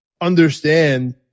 understand